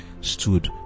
stood